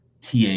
TA